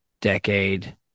decade